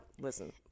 listen